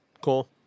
Cool